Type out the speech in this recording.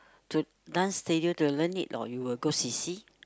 to dance studio to learn it or you will go C_C